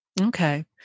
Okay